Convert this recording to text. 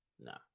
Nah